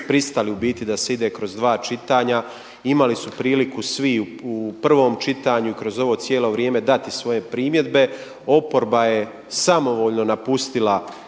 pristali u biti da se ide kroz dva čitanja, imali su priliku svi u prvom čitanju, i kroz ovo cijelo vrijeme dati svoje primjedbe. Oporba je samovoljno napustila